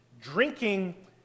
drinking